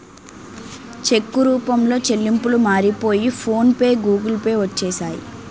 చెక్కు రూపంలో చెల్లింపులు మారిపోయి ఫోన్ పే గూగుల్ పే వచ్చేసాయి